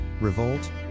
revolt